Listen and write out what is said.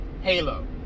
Halo